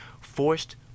forced